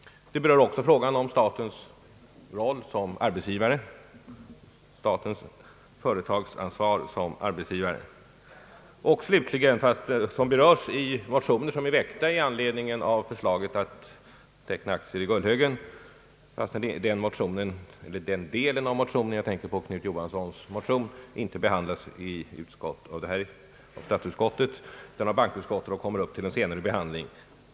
Den berör också frågan om statens företagsansvar som arbetsgivare. Slutligen berörs i de motioner som är väckta i anledning av förslaget att teckna aktier i AB Gullhögens bruk frågor som inte behandlas av statsutskottet utan av bankoutskottet och som kommer upp till behandling senare. Jag tänker nu på motioner av herr Knut Johansson m.fl.